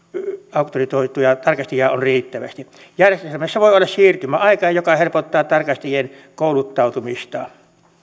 auktorisoituja tarkastajia on riittävästi järjestelmässä voi olla siirtymäaika joka helpottaa tarkastajien kouluttautumista